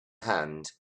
hand